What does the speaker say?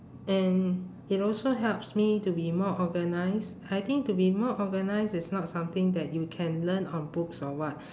and it also helps me to be more organised I think to be more organised is not something that you can learn on books or what